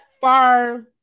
far